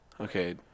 Okay